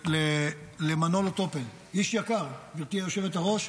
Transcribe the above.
למנולו טופל, איש יקר, גברתי היושבת-ראש,